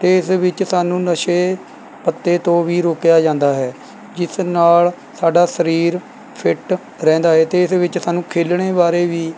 ਅਤੇ ਇਸ ਵਿੱਚ ਸਾਨੂੰ ਨਸ਼ੇ ਪੱਤੇ ਤੋਂ ਵੀ ਰੋਕਿਆ ਜਾਂਦਾ ਹੈ ਜਿਸ ਨਾਲ਼ ਸਾਡਾ ਸਰੀਰ ਫਿੱਟ ਰਹਿੰਦਾ ਹੈ ਅਤੇ ਇਸ ਵਿੱਚ ਸਾਨੂੰ ਖੇਲਣੇ ਬਾਰੇ ਵੀ